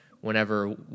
whenever